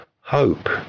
hope